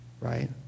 Right